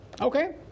okay